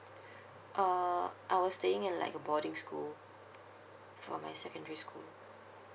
uh I were staying in like a boarding school for my secondary school